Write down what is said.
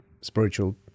spiritual